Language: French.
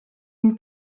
une